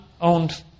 owned